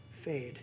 fade